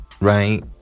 right